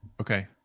okay